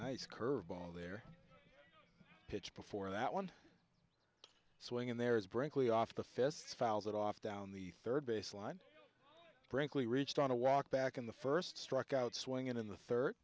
nice curveball there pitch before that one swing and there's brinkley off the fists fouls it off down the third baseline brinkley reached on a walk back in the first struck out swinging in the third